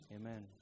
Amen